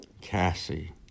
Cassie